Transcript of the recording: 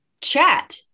chat